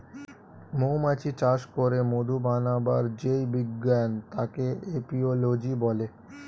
মৌমাছি চাষ করে মধু বানাবার যেই বিজ্ঞান তাকে এপিওলোজি বলে